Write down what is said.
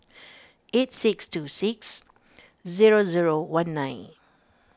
eight six two six zero zero one nine